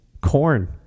corn